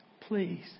Please